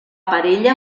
parella